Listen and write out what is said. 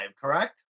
correct